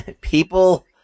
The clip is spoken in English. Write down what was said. People